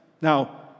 Now